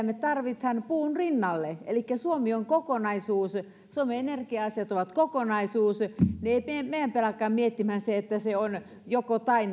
me tarvitsemme puun rinnalle elikkä suomi on kokonaisuus suomen energia asiat ovat kokonaisuus ei meidän pidä alkaa miettiä sitä että nämä asiat ovat joko tai